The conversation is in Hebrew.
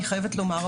אני חייבת לומר,